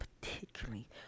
particularly